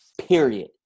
Period